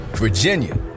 Virginia